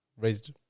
Raised